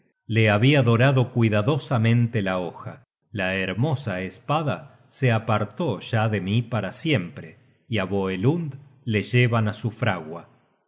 la habia dorado cuidadosamente la hoja la hermosa espada se apartó ya de mí para siempre y á voelund le llevan á su fragua